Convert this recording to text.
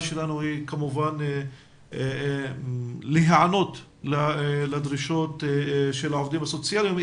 שלנו היא כמובן להיענות לדרישות של העובדים הסוציאליים.